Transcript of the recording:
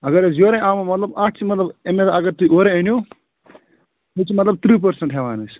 اگر حظ یورَے مطلب اَتھ تہِ چھِ مطلب اگر تُہۍ اورَے أنِو ییٚتہِ چھِ مطلب تٕرٛہ پٔرسنٛٹ ہیٚوان أسۍ